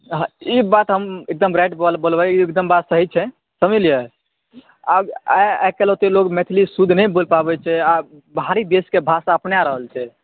हँ ई बात हम एकदम राइट बोलबै आओर ई एकदम बात सही छै समझलियै आब आइकाल्हि लोग ओते मैथिली शुद्ध नहि बोलि पाबै छै आब बाहरी देशके भाषा अपना रहल छै